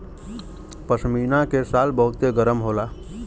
पश्मीना के शाल बहुते गरम होला